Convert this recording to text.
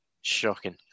Shocking